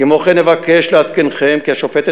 כמו כן אבקש לעדכנכם כי השופטת,